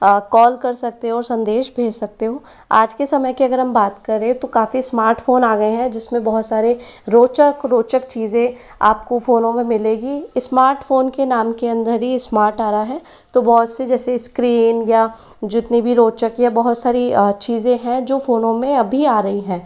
call कर सकते हो सन्देश भेज सकते हो आज के समय की अगर हम बात करे तो काफ़ी स्मार्टफोन आ गए है जिसमें बहुत सारे रोचक रोचक चीजें आपको फोनों में मिलेगी स्मार्टफोन के नाम के अंदर ही स्मार्ट आ रहा है तो बहुत सी जैसे कि स्क्रीन या जितने भी रोचक या बहुत सारी चीज़े है जो फ़ोनों में अभी आ रही हैं